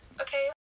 Okay